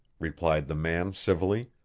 replied the man civilly.